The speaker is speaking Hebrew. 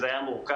זה היה מורכב,